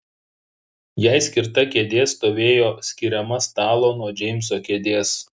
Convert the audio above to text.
jai skirta kėdė stovėjo skiriama stalo nuo džeimso kėdės